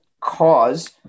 cause